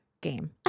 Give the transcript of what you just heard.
game